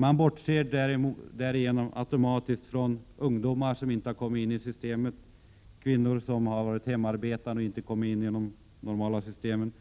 Man bortser därigenom automatiskt från ungdomar, kvinnor som har varit hemarbetande och inte kommit in i de normala systemen,